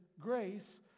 grace